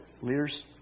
Leaders